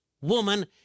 woman